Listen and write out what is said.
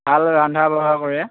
ভাল ৰন্ধা বঢ়া কৰে